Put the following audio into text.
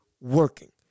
working